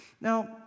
Now